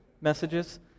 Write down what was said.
messages